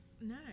No